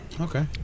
Okay